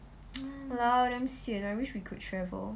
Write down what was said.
!walao! damn sian I wish we could travel